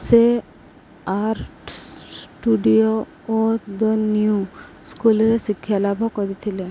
ସେ actors studio ଓ the new ସ୍କୁଲ୍ରେ ଶିକ୍ଷା ଲାଭ କରିଥିଲେ